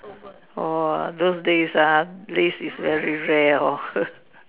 oh those days ah lace is very rare lor